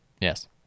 Yes